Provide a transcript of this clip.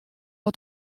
wer